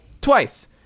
Twice